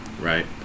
right